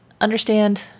understand